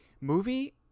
movie